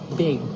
big